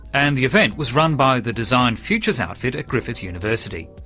and the event was run by the design futures outfit at griffith university.